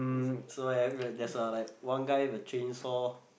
so so have there's a like one guy with a chainsaw